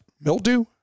mildew